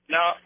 Now